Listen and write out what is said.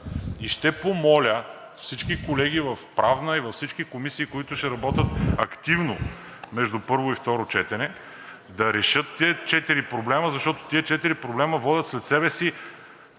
Ще помоля всички колеги в Правна и във всички комисии, които ще работят активно между първо и второ четене, да решат тези четири проблема, защото те водят след себе си